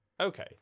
Okay